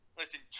listen